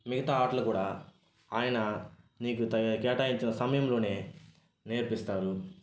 మిగతా ఆటలు కూడా ఆయన నీకు త కేటాయించిన సమయములోనే నేర్పిస్తారు